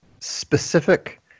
specific